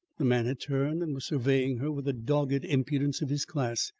the man had turned and was surveying her with the dogged impudence of his class.